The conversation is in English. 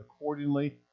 accordingly